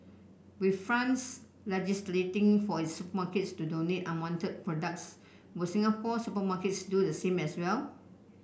with France legislating for its supermarkets to donate unwanted products will Singapore's supermarkets do the same as well